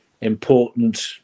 important